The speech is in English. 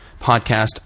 Podcast